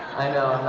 i know.